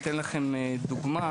אתן לכם דוגמה,